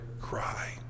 cry